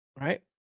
Right